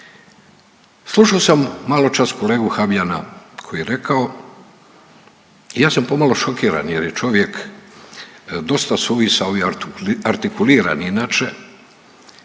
Slušao sam maločas kolegu Habijana koji je rekao i ja sam pomalo šokiran jer je čovjek dosta suvisao i artikuliran inače,